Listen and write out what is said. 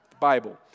bible